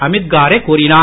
அமித் காரே கூறினார்